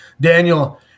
Daniel